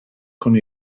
con